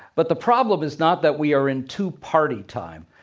but the problem is not that we are in two party time.